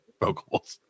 vocals